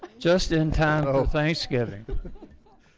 just in time oh thanksgiving